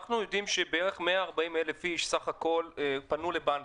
אנחנו יודעים שבערך 140,000 איש בסך הכל פנו לבנקים,